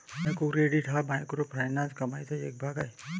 micro credit हा microfinance कमाईचा एक भाग आहे